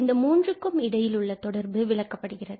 இந்த மூன்றுக்கும் இடையில் உள்ள தொடர்பும் விளக்கப்படுகிறது